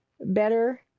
better